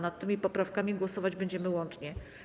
Nad tymi poprawkami głosować będziemy łącznie.